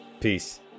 Peace